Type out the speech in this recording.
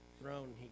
throne